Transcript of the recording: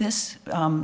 this